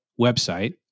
website